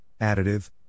additive